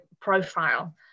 profile